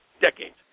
decades